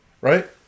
Right